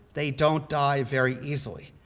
they don't die very easily.